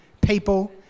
people